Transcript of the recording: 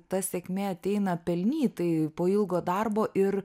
ta sėkmė ateina pelnytai po ilgo darbo ir